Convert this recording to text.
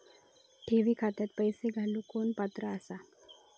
ठेवी खात्यात पैसे घालूक कोण पात्र आसा?